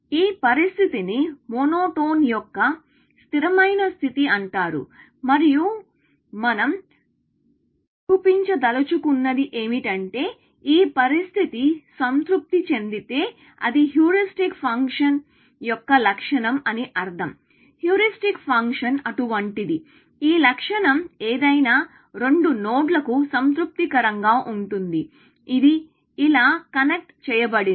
ఈ పరిస్థితిని monotone యొక్క స్థిరమైన స్థితి అంటారు మరియు మనం చూపించదలచుకున్నది ఏమిటంటే ఈ పరిస్థితి సంతృప్తి చెందితే అది హ్యూరిస్టిక్ ఫంక్షన్ యొక్క లక్షణం అని అర్థం హ్యూరిస్టిక్ ఫంక్షన్ అటువంటిది ఈ లక్షణం ఏదైనా రెండు నోడ్లకు సంతృప్తికరంగా ఉంటుంది ఇది ఇలా కనెక్ట్ చేయబడింది